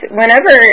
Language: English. whenever